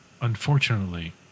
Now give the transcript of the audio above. unfortunately